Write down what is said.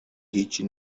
هیچی